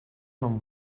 non